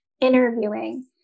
interviewing